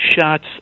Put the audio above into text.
shots